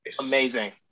Amazing